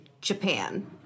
Japan